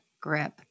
grip